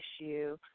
issue